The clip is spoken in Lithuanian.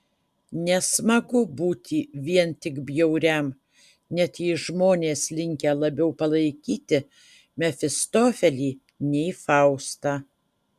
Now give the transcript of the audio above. nesmagu būti vien tik bjauriam net jei žmonės linkę labiau palaikyti mefistofelį nei faustą